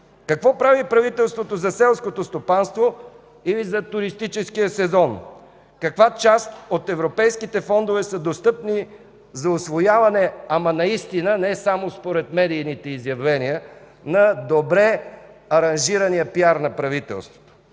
Какво прави правителството за селското стопанство или за туристическия сезон? Каква част от европейските фондове са достъпни за усвояване, ама наистина, а не само според медийните изявления на добре аранжирания пиар на правителството?